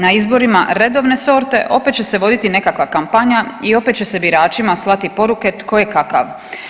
Na izborima redovne sorte opet će voditi nekakva kampanja i opet će se biračima slati poruke tko je kakav.